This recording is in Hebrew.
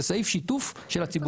זה סעיף שיתוף של הציבור.